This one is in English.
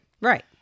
Right